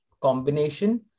combination